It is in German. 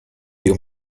wir